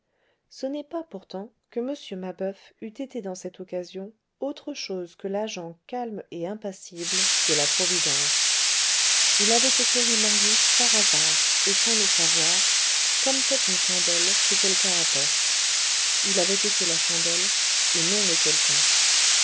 ce n'est pas pourtant que m mabeuf eût été dans cette occasion autre chose que l'agent calme et impassible de la providence il avait éclairé marius par hasard et sans le savoir comme fait une chandelle que quelqu'un apporte il avait été la chandelle et non le quelqu'un